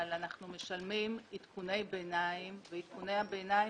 אבל אנחנו משלמים עדכוני ביניים, ועדכוני הביניים